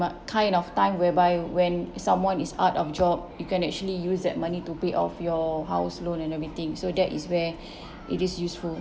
what kind of time whereby when someone is out of job you can actually use that money to pay off your house loan and everything so that is where it is useful